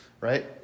Right